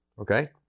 okay